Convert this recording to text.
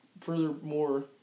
furthermore